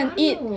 I don't know